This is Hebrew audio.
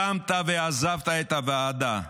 קמת ועזבת את הוועדה.